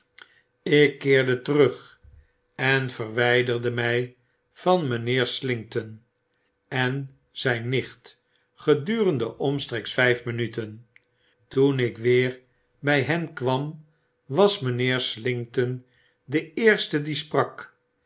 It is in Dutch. ik keerde terug en verwyderde mij van mynheer slinkton en zyn nicht gedurendeomstreeks vyf minuten toen ik weer bij hen kwam was mynheer slinkton de eerste die sprak